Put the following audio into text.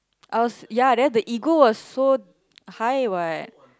I was ya then the ego was so high what